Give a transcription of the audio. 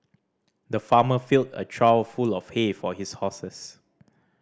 the farmer filled a trough full of hay for his horses